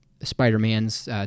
Spider-Man's